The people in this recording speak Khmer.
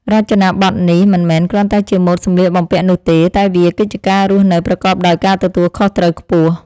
រចនាប័ទ្មនេះមិនមែនគ្រាន់តែជាម៉ូដសម្លៀកបំពាក់នោះទេ តែវាគឺជាការរស់នៅប្រកបដោយការទទួលខុសត្រូវខ្ពស់។